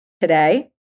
Today